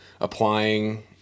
applying